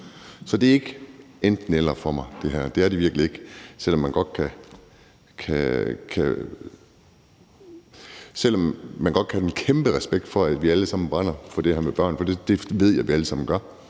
det her er ikke et enten-eller for mig – det er det virkelig ikke. Selv om man godt kan have en kæmpe respekt for, at vi alle sammen brænder for det her med børn, for det ved jeg vi alle sammen gør,